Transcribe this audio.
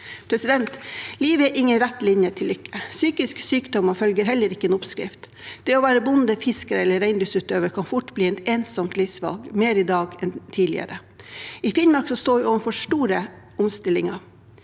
Livet er ingen rett linje til lykke. Psykisk sykdom følger heller ikke en oppskrift. Det å være bonde, fisker eller reindriftsutøver kan fort bli et ensomt livsvalg, og mer i dag enn tidligere. I Finnmark står vi overfor store omstillinger